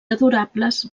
adorables